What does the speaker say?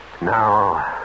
Now